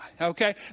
Okay